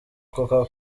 coca